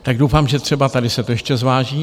Tak doufám, že třeba tady se to ještě zváží.